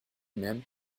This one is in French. même